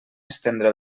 estendre